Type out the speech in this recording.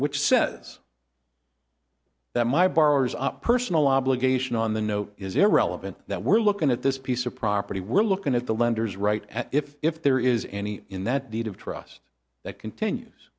which says that my borrowers up personal obligation on the note is irrelevant that we're looking at this piece of property we're looking at the lenders right and if if there is any in that deed of trust that continues